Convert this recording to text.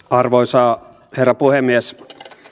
arvoisa herra puhemies